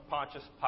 Pontius